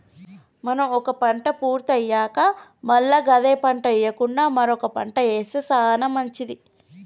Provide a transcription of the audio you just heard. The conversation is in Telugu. మనం ఒక పంట పూర్తి అయ్యాక మల్ల గదే పంట ఎయ్యకుండా మరొక పంట ఏస్తె సానా మంచిది